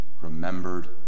remembered